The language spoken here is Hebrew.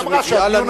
ומביאה לנו,